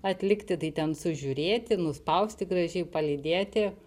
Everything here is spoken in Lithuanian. atlikti tai ten sužiūrėti nuspausti gražiai palydėti